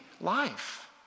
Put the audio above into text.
life